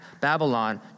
Babylon